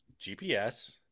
GPS